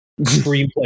screenplay